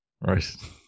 right